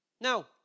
Now